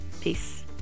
Peace